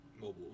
mobile